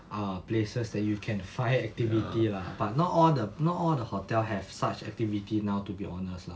ah places that you can find activity lah but not all the not all the hotel have such activity now to be honest lah